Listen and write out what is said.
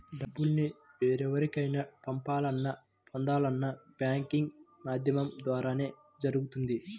డబ్బుల్ని వేరెవరికైనా పంపాలన్నా, పొందాలన్నా బ్యాంకింగ్ మాధ్యమం ద్వారానే జరుగుతుంది